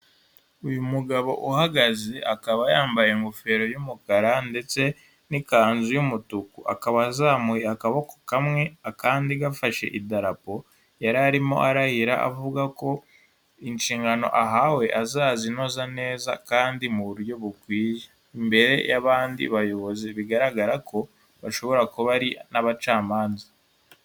Uyu mugabo uhagaze akaba yambaye ingofero y'umukara ndetse n'ikanzu y'umutuku, akaba azamuye akaboko kamwe akandi gafashe Idarapo, yari arimo arahira avuga ko inshingano ahawe azazinoza neza, kandi mu buryo bukwiye; imbere y'abandi bayobozi bigaragara ko bashobora kuba ari n'abacamanza.